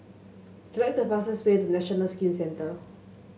select the fastest way to National Skin Centre